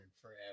forever